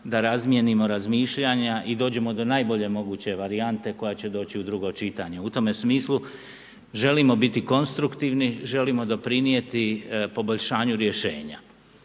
da razmijenimo razmišljanja i dođemo do najbolje moguće varijante koja će doći u drugo čitanje. U tome smislu želimo biti konstruktivni, želimo doprinijeti poboljšanju rješenja.